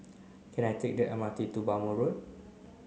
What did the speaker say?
can I take the M R T to Bhamo Road